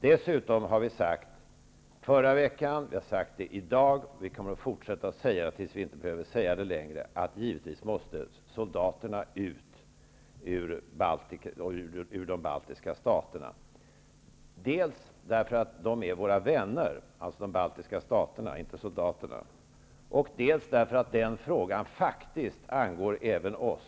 Dessutom har vi sagt -- förra veckan och i dag, och vi kommer att säga det tills det inte längre behöver sägas -- att soldaterna givetvis måste ut ur de baltiska staterna, dels därför att balterna är våra vänner, dels därför att den frågan angår även oss.